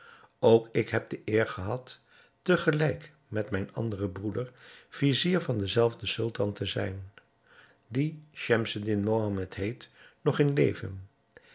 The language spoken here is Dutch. ook ik heb de eer gehad te gelijk met mijn anderen broeder vizier van den zelfden sultan te zijn zoo ver ik weet is uw oom die schemseddin mohammed heet nog in leven